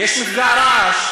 יש מפגע רעש.